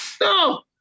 No